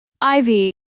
Ivy